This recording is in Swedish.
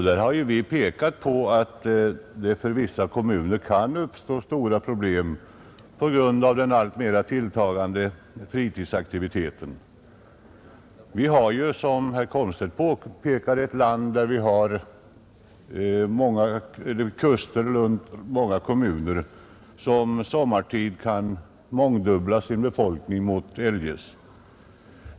Där har vi framhållit att det för vissa kommuner kan uppstå stora problem på grund av den alltmer tilltagande fritidsaktiviteten. Som herr Komstedt påpekade har vi vid kusterna många kommuner som sommartid kan mångdubbla sin befolkning.